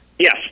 Yes